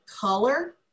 color